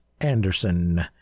Anderson